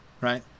right